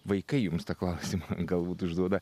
vaikai jums tą klausimą galbūt užduoda